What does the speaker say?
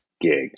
gig